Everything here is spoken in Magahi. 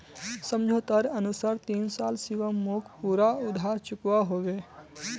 समझोतार अनुसार तीन साल शिवम मोक पूरा उधार चुकवा होबे